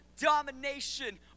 domination